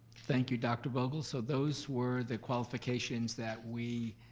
thank you, dr. vogel. so those were the qualifications that we